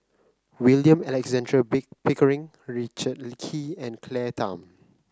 William Alexander Pickering Richard Kee and Claire Tham